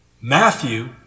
Matthew